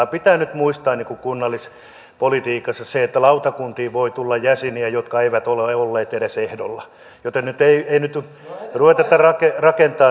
pitää nyt muistaa kunnallispolitiikasta se että lautakuntiin voi tulla jäseniä jotka eivät ole olleet edes ehdolla joten ei nyt ruveta tätä rakentamaan